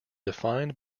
defined